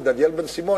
דניאל בן-סימון,